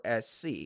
SC